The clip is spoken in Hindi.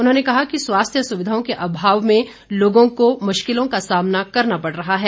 उन्होंने कहा कि स्वास्थ्य सुविधाओं के अभाव में लोगों को मुश्किलों का सामना करना पड़ रहा है